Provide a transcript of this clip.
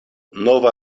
nova